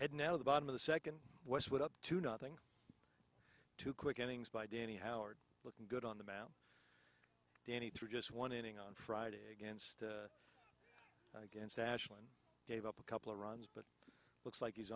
head now to the bottom of the second westwood up to nothing too quick endings by danny howard looking good on the mound danny through just one inning on friday against against ashland gave up a couple of runs but looks like he's